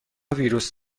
ویروس